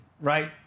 Right